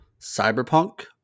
Cyberpunk